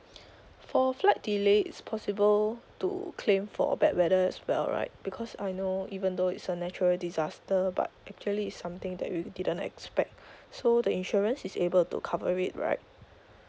for flight delay it's possible to claim for a bad weather as well right because I know even though is a natural disaster but actually is something that we didn't expect so the insurance is able to cover it right